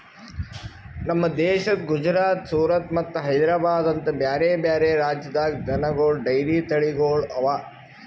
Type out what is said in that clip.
ನಮ್ ದೇಶದ ಗುಜರಾತ್, ಸೂರತ್ ಮತ್ತ ಹೈದ್ರಾಬಾದ್ ಅಂತ ಬ್ಯಾರೆ ಬ್ಯಾರೆ ರಾಜ್ಯದಾಗ್ ದನಗೋಳ್ ಡೈರಿ ತಳಿಗೊಳ್ ಅವಾ